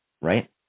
Right